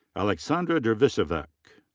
aleksandra dervisevic.